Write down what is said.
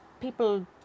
people